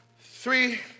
three